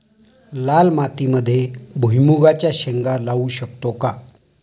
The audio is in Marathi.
लाल मातीमध्ये भुईमुगाच्या शेंगा लावू शकतो का?